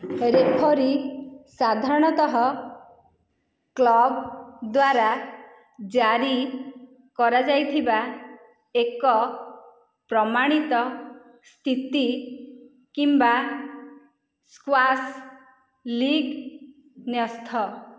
referee ସାଧାରଣତଃ club ଦ୍ୱାରା ଜାରି କରାଯାଇଥିବା ଏକ ପ୍ରମାଣିତ ସ୍ଥିତି କିମ୍ବା ସ୍କ୍ୱାସ୍ ଲିଗ୍ ନ୍ୟସ୍ତ